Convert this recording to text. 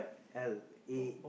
ale A~